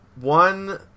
One